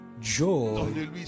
joy